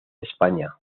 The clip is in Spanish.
españa